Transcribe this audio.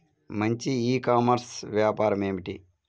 మంచి e commerce వ్యాపారం ఏమిటీ?